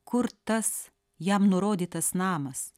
kur tas jam nurodytas namas